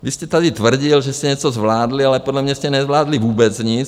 Vy jste tady tvrdil, že jste něco zvládli, ale podle mě jste nezvládli vůbec nic.